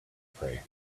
prey